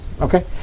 Okay